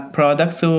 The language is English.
products